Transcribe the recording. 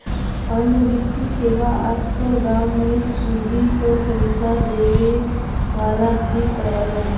अन्य वित्तीय सेवा आज कल गांव में सुदी पर पैसे देवे वाले भी करलन